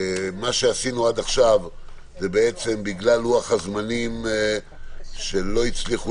מה שעשינו עד עכשיו זה בגלל לוח הזמנים שלא הצליחו